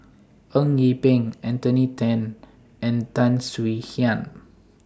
Eng Yee Peng Anthony Then and Tan Swie Hian